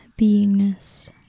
beingness